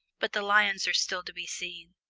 but the lions are still to be seen.